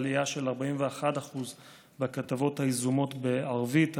עלייה של 41% בכתבות היזומות בערבית,